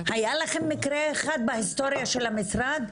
היה לכם מקרה אחד בהיסטוריה של המשרד,